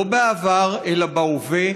לא בעבר אלא בהווה,